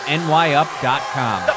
nyup.com